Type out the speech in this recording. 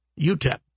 UTEP